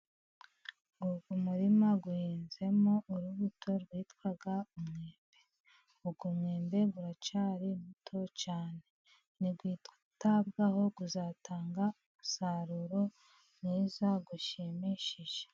Uyu murima uhinzemo urubuto rwitwa umwembe, umwembe uracyari muto cyane niwitabwaho uzatanga umusaruro mwiza ushimishije.